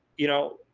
you know,